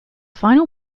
final